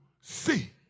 see